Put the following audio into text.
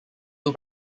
two